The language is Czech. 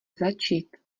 začít